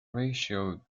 ratio